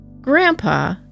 Grandpa